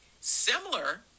similar